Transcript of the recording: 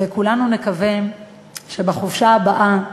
וכולנו נקווה שבחופשה הבאה,